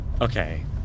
Okay